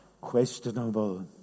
questionable